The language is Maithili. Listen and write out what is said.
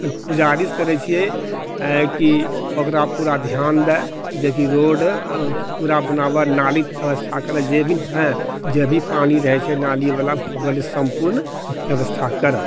गुजारिश करैत छियै कि ओकरा पूरा ध्यान दै जेकि रोड पूरा बनाबऽ नाली व्यवस्था करऽ जे भी जे भी पानी रहैत छै नाली वाला ओकरा लिअ सम्पूर्ण व्यवस्था करऽ